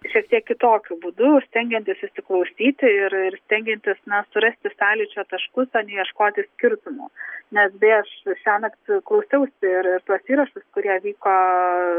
šiek tiek kitokiu būdu stengiantis įsiklausyti ir ir stengiantis na surasti sąlyčio taškus o ne ieškoti skirtumų nes beje aš šiąnakt klausiausi ir ir tuos įrašus kurie vyko